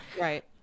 right